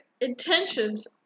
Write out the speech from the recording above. intentions